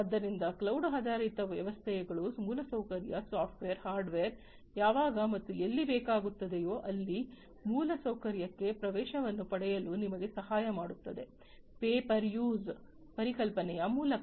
ಆದ್ದರಿಂದ ಕ್ಲೌಡ್ ಆಧಾರಿತ ವ್ಯವಸ್ಥೆಗಳು ಮೂಲಸೌಕರ್ಯ ಸಾಫ್ಟ್ವೇರ್ ಹಾರ್ಡ್ವೇರ್ ಯಾವಾಗ ಮತ್ತು ಎಲ್ಲಿ ಬೇಕಾಗುತ್ತದೆಯೋ ಅಲ್ಲಿನ ಮೂಲಸೌಕರ್ಯಕ್ಕೆ ಪ್ರವೇಶವನ್ನು ಪಡೆಯಲು ನಿಮಗೆ ಸಹಾಯ ಮಾಡುತ್ತದೆ ಪೇ ಪರ್ ಯೂಸ್ ಪರಿಕಲ್ಪನೆಯ ಮೂಲಕ